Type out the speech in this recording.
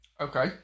Okay